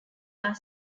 are